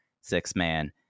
six-man